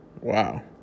Wow